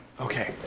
Okay